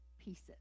pieces